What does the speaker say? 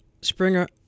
Springer